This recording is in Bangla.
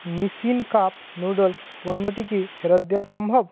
নিসিন কাপ নুডলস পণ্যটি কি ফেরত দেওয়া সম্ভব